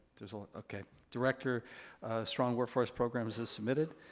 there's a, okay. director strong workforce programs is submitted,